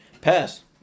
Pass